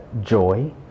Joy